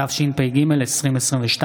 התשפ"ג 2022,